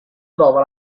trova